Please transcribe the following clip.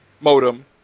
Modem